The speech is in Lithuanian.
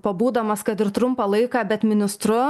pabūdamas kad ir trumpą laiką bet ministru